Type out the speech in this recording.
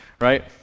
right